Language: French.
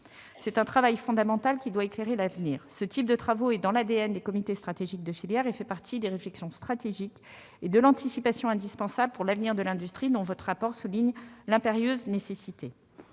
C'est un travail fondamental, qui doit éclairer l'avenir. Ce type de travaux est dans l'ADN des comités stratégiques de filière et fait partie des réflexions stratégiques et de l'anticipation qui sont indispensables pour l'avenir de l'industrie et dont votre rapport souligne l'impérieuse nécessité.